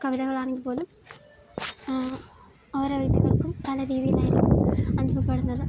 കവിതകളാണെങ്കില്പ്പോലും ഓരോ വ്യക്തികൾക്കും പല രീതിയിലായിരിക്കും അനുഭവപ്പെടുന്നത്